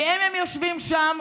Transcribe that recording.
ואם הם יושבים שם,